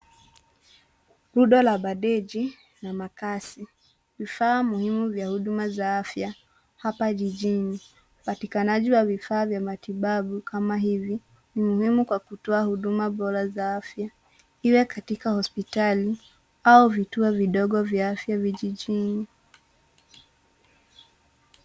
Rundo la bandeji na makasi. Vifaa muhimu vya huduma za afya hapa jijini. Upatikanaji wa vifaa vya matibabu kama hivi, ni muhimu kwa kutoa huduma bora za afya, iwe katika hospitali au vituo vidogo vya afya vijijini.